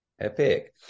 Epic